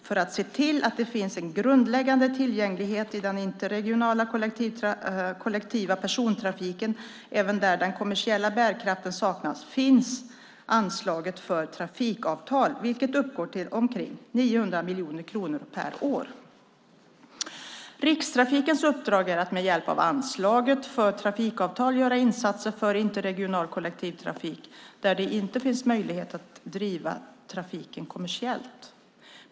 För att se till att det finns en grundläggande tillgänglighet i den interregionala kollektiva persontrafiken även där den kommersiella bärkraften saknas finns anslaget för trafikavtal, vilket uppgår till omkring 900 miljoner kronor per år. Rikstrafikens uppdrag är att med hjälp av anslaget för trafikavtal göra insatser för interregional kollektivtrafik där det inte finns möjligheter att driva trafiken kommersiellt.